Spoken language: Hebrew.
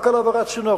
רק על העברת צינור,